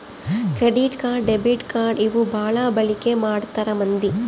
credit card debit card ಇವು ಬಾಳ ಬಳಿಕಿ ಮಾಡ್ತಾರ ಮಂದಿ